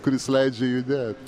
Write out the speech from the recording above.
kuris leidžia judėt